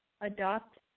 adopt